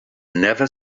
never